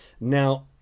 now